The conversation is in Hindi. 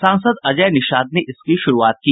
सांसद अजय निषाद ने इसकी शुरूआत की